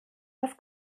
das